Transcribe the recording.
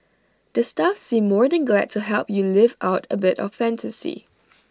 the staff seem more than glad to help you live out A bit of fantasy